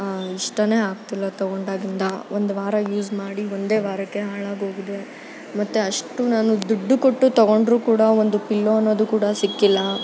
ಇಷ್ಟನೇ ಆಗ್ತಿಲ್ಲ ತೊಗೊಂಡಾಗಿಂದ ಒಂದು ವಾರ ಯೂಸ್ ಮಾಡಿ ಒಂದೇ ವಾರಕ್ಕೆ ಹಾಳಾಗೋಗಿದೆ ಮತ್ತು ಅಷ್ಟು ನಾನು ದುಡ್ಡು ಕೊಟ್ಟು ತೊಗೊಂಡ್ರೂ ಕೂಡ ಒಂದು ಪಿಲ್ಲೋ ಅನ್ನೋದು ಕೂಡ ಸಿಕ್ಕಿಲ್ಲ